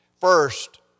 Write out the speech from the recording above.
First